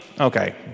Okay